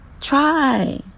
Try